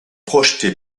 projeté